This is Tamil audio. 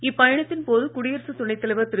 இப்பயணத்தின் போது குடியரசுத் துணை தலைவர் திரு